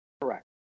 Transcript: Correct